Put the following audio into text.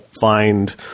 find